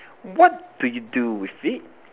what do you do with it